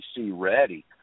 ready